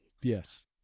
Yes